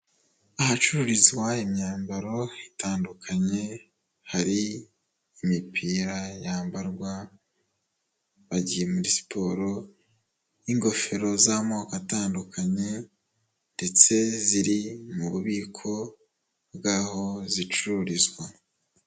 Ahacururizwa imyambaro itandukanye, hari imipira yambarwa bagiye muri siporo, ingofero z'amoko atandukanye ndetse ziri mu bubiko bwaho zicururizwa.